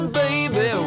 baby